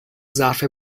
ظرف